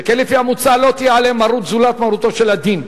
שכן לפי המוצע לא תהיה עליהם מרות זולת מרותו של הדין.